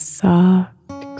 soft